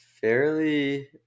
fairly